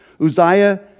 Uzziah